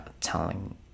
telling